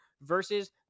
versus